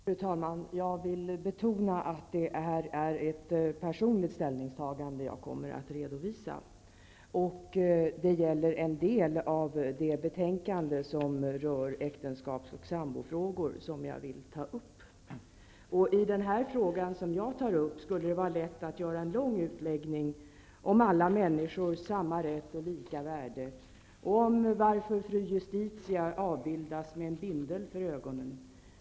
Fru talman! Jag vill betona att det är ett personligt ställningstagande som jag nu kommer att redovisa. Det jag vill ta upp är en fråga som ingår som en del i det betänkande som rör äktenskaps och sambofrågor. I den fråga jag tar upp skulle det vara lätt att göra en lång utläggning om alla människors lika rätt och värde och om varför Fru Justitia avbildas med en bindel för ögonen.